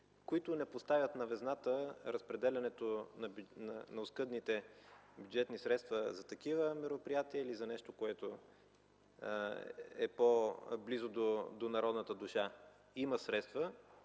които не поставят на везната разпределянето на оскъдните бюджетни средства за такива мероприятия или за нещо, което е по-близо до народната душа. Има средства,